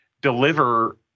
deliver